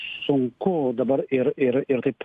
sunku dabar ir ir ir taip